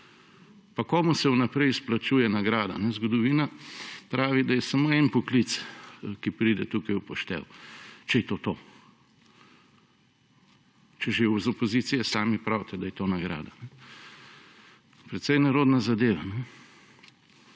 In komu se vnaprej izplačuje nagrada? Zgodovina pravi, da je samo en poklic, ki pride tukaj v poštev, če je to to, če že iz opozicije sami pravite, da je to nagrada. Precej nerodna zadeva.